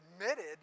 admitted